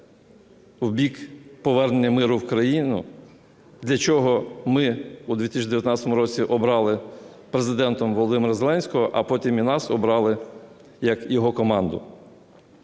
в бік повернення миру в країну, для чого ми у 2019 році обрали Президентом Володимира Зеленського, а потім і нас обрали як його команду.